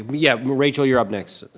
yeah, rachel, you're up next.